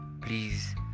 please